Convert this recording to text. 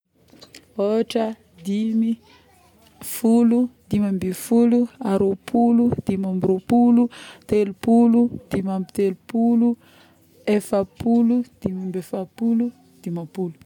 Aôtra, dimy, folo, dimiambefolo, aroapolo, dimiamberoapolo, telopolo, dimiambetelopolo, efapolo, dimiambiefapolo, dimapolo